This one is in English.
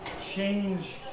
change